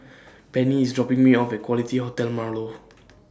Penni IS dropping Me off At Quality Hotel Marlow